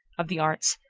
of the arts,